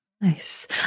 Nice